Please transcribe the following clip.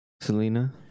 Selena